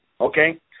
Okay